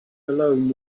alone